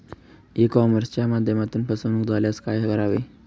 E कॉमर्सच्या माध्यमातून फसवणूक झाल्यास काय करावे?